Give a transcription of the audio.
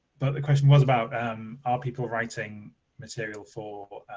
but the question was about um are people writing material for